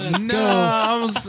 No